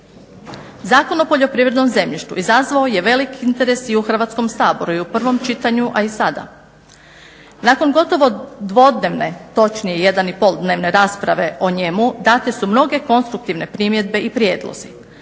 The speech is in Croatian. Zakon o poljoprivrednom zemljištu izazvao je velik interes i u Hrvatskom saboru i u prvom čitanju, a i sada. Nakon gotovo dvodnevne točnije jedan i pol dnevne rasprave o njemu date su mnoge konstruktivne primjedbe i prijedlozi.